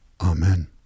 Amen